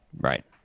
right